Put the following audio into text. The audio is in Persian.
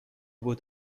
بود